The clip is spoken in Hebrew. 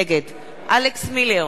נגד אלכס מילר,